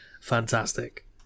fantastic